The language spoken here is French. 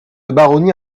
baronnie